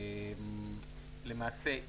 למעשה,